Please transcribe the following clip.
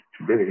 today